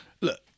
look